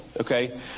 okay